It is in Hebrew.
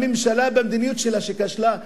הממשלה במדיניות שלה שכשלה,